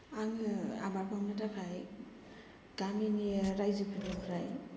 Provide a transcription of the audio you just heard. आङो आबाद मावनो थाखाय गामिनि राइजोफोरनिफ्राय